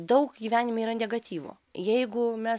daug gyvenime yra negatyvo jeigu mes